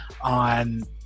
on